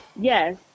Yes